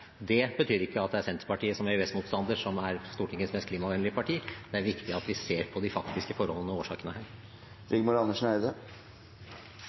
det betyr ikke at det er Senterpartiet som EØS-motstander som er Stortingets mest klimavennlige parti. Det er viktig at vi ser på de faktiske forholdene og årsakene. Rigmor Andersen Eide